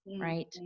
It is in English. right